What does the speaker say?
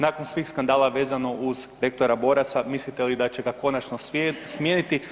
Nakon svih skandala vezano uz rektora Borasa, mislite li da će ga konačno smijenit?